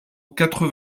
quatre